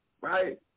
right